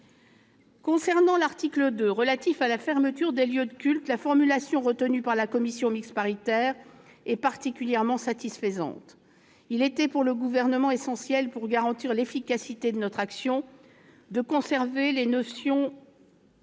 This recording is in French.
Concernant l'article 2 relatif à la fermeture des lieux de culte, la formulation retenue par la commission mixte paritaire est particulièrement satisfaisante. Il était pour le Gouvernement essentiel, pour garantir l'efficacité de notre action, de conserver les notions